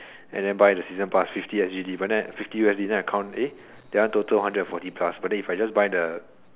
and then buy the season pass fifty S_G_D but then fifty U_S_D that one total hundred forty plus but then if I just buy the